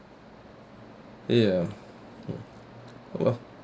ya !wow!